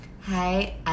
Hi